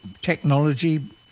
technology